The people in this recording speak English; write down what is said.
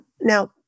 Now